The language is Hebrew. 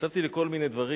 כתבתי לי כל מיני דברים,